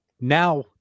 Now